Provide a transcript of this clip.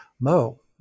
Mo